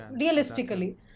realistically